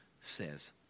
says